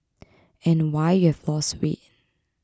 and why you have lost weight